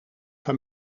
van